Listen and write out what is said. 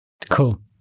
Cool